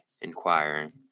inquiring